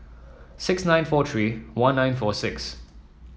six nine four three one nine four six